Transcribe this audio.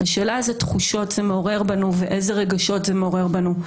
השאלה איזה תחושות זה מעורר בנו ואיזה רגשות זה מעורר בנו.